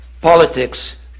politics